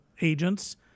agents